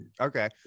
Okay